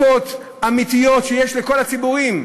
בפתרון מצוקות אמיתיות שיש לכל הציבורים,